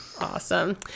Awesome